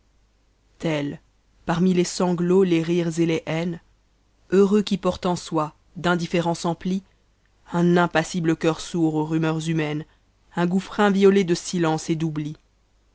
tel parmi les sanglots les rires et les haines heureux qui porte en soi d'indifférence empli un impassible ccear sourd aux rumeurs humaines un gouffre inviolé de silence et d'oubli